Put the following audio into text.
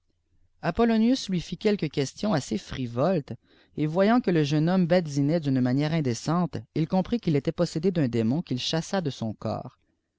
apollonius lui fit quelques questions assez frivoles et voyant que toieune homme badinait d'unie manière indécente il comprit ifivilttait poâé d'un démon qu'il chassa de son corps